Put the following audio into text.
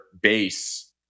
base